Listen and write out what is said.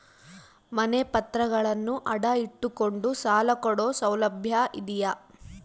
ಮನೆ ಪತ್ರಗಳನ್ನು ಅಡ ಇಟ್ಟು ಕೊಂಡು ಸಾಲ ಕೊಡೋ ಸೌಲಭ್ಯ ಇದಿಯಾ?